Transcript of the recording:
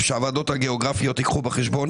שהוועדות הגיאוגרפיות ייקחו את זה בחשבון,